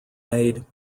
made